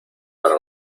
para